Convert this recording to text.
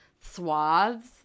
swaths